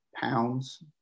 Pounds